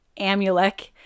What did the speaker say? Amulek